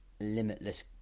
limitless